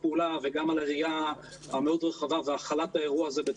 הפעולה וגם על הראייה המאוד רחבה והכלת האירוע הזה.